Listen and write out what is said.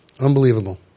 Unbelievable